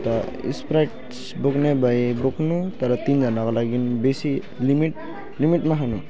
अन्त स्प्राइट बोक्ने भए बोक्नु तर तिनजनाको लागि बेसी लिमिट लिमिटमा खानु